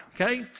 okay